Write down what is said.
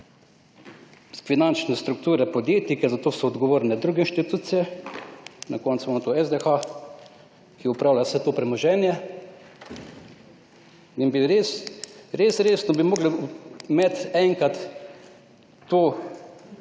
finančne strukture podjetij, ker za to so odgovorne druge inštitucije, na koncu imamo tu SDH, ki upravlja vso to premoženje. In bi res, res, res, tu bi mogli imet enkrat to